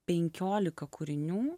penkiolika kūrinių